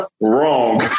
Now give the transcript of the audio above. Wrong